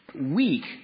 weak